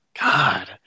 God